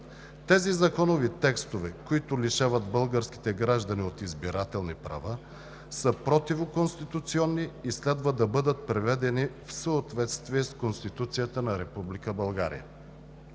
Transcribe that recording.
Тези законови текстове, които лишават българските граждани от избирателни права, са противоконституционни и следва да бъдат приведени в съответствие с Конституцията на